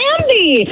Andy